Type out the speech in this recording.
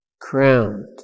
Crowned